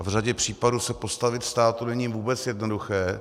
A v řadě případů se postavit státu není vůbec jednoduché.